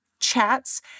Chats